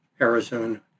Arizona